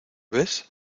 ves